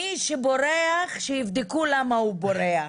מי שבורח, שיבדקו למה הוא בורח.